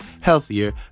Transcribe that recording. healthier